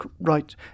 right